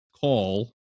call